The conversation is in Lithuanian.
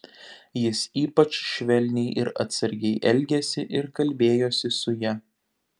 jis ypač švelniai ir atsargiai elgėsi ir kalbėjosi su ja